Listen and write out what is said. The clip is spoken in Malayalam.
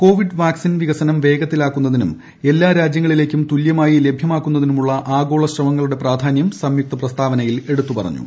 കോവിഡ് വാക്സിൻ വികസനം വേഗത്തിലാക്കുന്നതിലും എല്ലാ രാജ്യങ്ങളിലേക്കും തുല്യമായി ലഭ്യമാക്കുന്നതിനുമുള്ള ആഗോള ശ്രമങ്ങളുടെ പ്രാധാന്യം സംയുക്ത പ്രസ്താവനയിൽ എടുത്തുപറഞ്ഞു